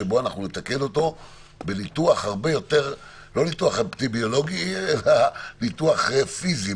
שבו אנחנו נתקן אותו לא בניתוח אפידמיולוגי אלא בניתוח פיזי,